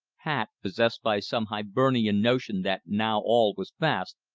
pat, possessed by some hibernian notion that now all was fast,